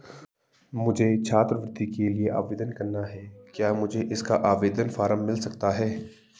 मुझे छात्रवृत्ति के लिए आवेदन करना है क्या मुझे इसका आवेदन फॉर्म मिल सकता है?